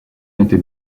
était